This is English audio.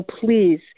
please